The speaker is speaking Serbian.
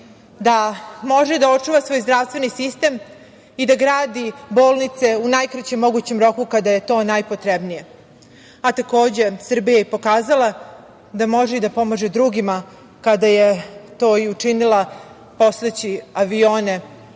da može da očuva svoj zdravstveni sistem i da gradi bolnice u najkraćem mogućem roku kada je to najpotrebnije, a takođe Srbija je pokazala da može i da pomaže drugima kada je to i učinila šaljući avione